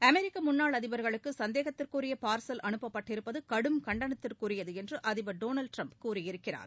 அமெரிக்க முன்னாள் அதிபர்களுக்கு சந்தேகத்திற்குரிய பார்சல் அனுப்பப்பட்டிருப்பது கடும் கண்டனத்திற்குரியது என்று அதிபர் டொனால்ட் ட்ரம்ப் கூறியிருக்கிறார்